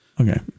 Okay